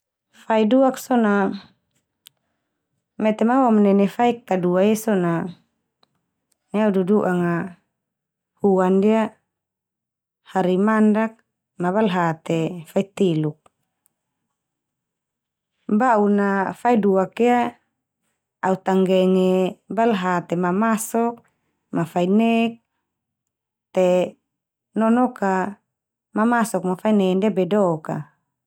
Fai duak so na, mete ma awamanene fai kadua ia so na nai au dudu'anga huan ndia hari mandak ma balha te fai teluk. Ba'un na fai duak ia au ta nggenge balha te mamasok, ma fai nek, te nonok ka mamasok ma fai nen ndia be dok a.